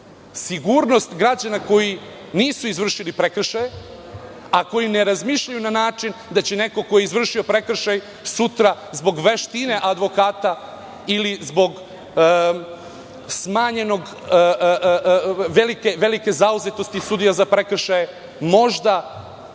Sigurnost građana koji nisu izvršili prekršaje, a koji ne razmišljaju na način da neko ko je izvršio prekršaj, sutra zbog veštine advokata ili zbog velike zauzetosti sudije za prekršaje, možda